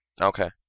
Okay